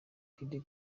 kid